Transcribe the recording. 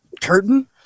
curtain